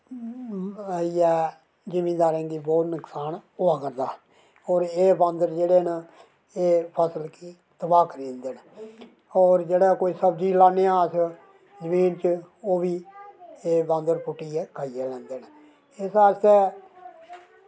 आई गेआ जमींदारें गी बहुत नुकसान होआ करदा होर एह् बंदर जेह्ड़े न ते एह् फसल गी तबाह् करी दिंदे न होर जेह्ड़ा कोई सब्ज़ी लान्ने आं अस जमीन च ओह्बी एह् बंदर पुट्टियै खाई लैंदे न इस आस्तै